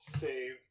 save